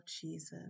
Jesus